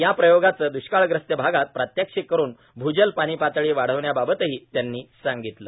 या प्रयोगाचं द्वष्काळग्रस्त भागात प्रात्याक्षिक करून भूजल पाणी पातळी वाढण्याबाबतही त्यांनी सांगितलं